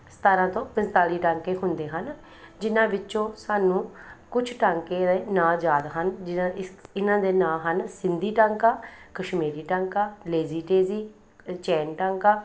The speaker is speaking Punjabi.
ਸਤਾਰ੍ਹਾਂ ਤੋਂ ਪੰਤਾਲੀ ਟਾਂਕੇ ਹੁੰਦੇ ਹਨ ਜਿਨ੍ਹਾਂ ਵਿੱਚੋਂ ਸਾਨੂੰ ਕੁਝ ਟਾਂਕੇ ਨਾਂ ਯਾਦ ਹਨ ਜਿਨ੍ਹਾਂ ਇਸ ਇਹਨਾਂ ਦੇ ਨਾਂ ਹਨ ਸਿੰਧੀ ਟਾਂਕਾ ਕਸ਼ਮੀਰੀ ਟਾਂਕਾ ਲੇਜੀ ਟੇਜੀ ਚੈਂਨ ਟਾਂਕਾ